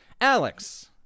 Alex